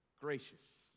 gracious